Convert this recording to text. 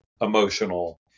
emotional